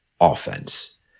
offense